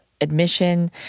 Admission